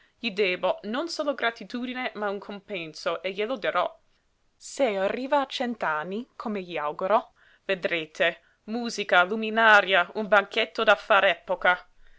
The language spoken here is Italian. gli debbo non solo gratitudine ma un compenso e glielo darò se arriva a cent'anni come gli auguro vedrete musica luminaria un banchetto da far epoca